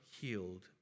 healed